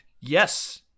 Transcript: Yes